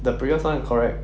the previous [one] correct